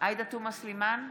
עאידה תומא סלימאן,